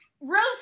Rose